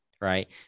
right